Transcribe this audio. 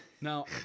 now